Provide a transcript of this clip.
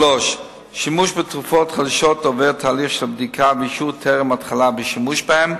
שימוש בתרופות חדשות עובר תהליך של בדיקה ואישור טרם התחלת השימוש בהן.